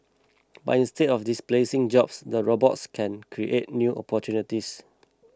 but instead of displacing jobs the robots can create new opportunities